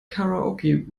karaoke